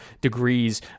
degrees